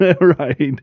Right